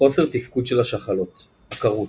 חוסר תפקוד של השחלות, עקרות.